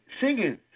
singing